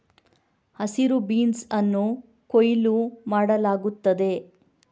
ಹಸಿರು ಬೀನ್ಸ್ ಅನ್ನು ಕೊಯ್ಲು ಮಾಡಲಾಗುತ್ತದೆ